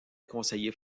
conseillers